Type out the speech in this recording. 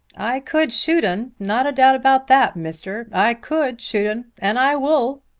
i could shoot un not a doubt about that, mister. i could shoot un and i wull.